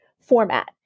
format